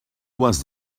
was